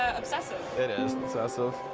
ah obsessive. it is obsessive.